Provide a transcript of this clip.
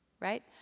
Right